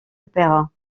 opéras